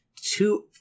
Two